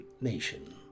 nation